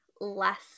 less